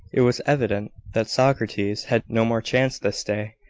it was evident that socrates had no more chance this day,